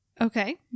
Okay